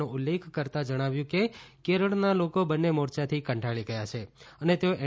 નો ઉલ્લેખ કરતાં જણાવ્યું કે કેરળના લોકો બંને મોરયાથી કંટાળી ગયા છે અને તેઓ એન